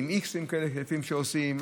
עם איקסים כאלה שעושים לפעמים,